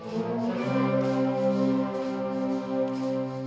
oh uh